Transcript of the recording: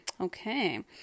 Okay